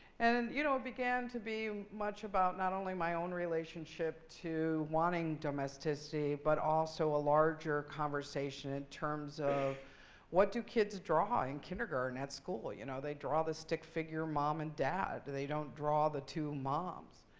and and you know, it began to be much about not only my own relationship to wanting domesticity but also a larger conversation in terms of what do kids draw in kindergarten at school? you know, they draw the stick figure mom and dad. they don't draw the two moms.